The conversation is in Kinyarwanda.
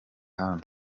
hano